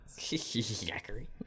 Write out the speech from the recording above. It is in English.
Zachary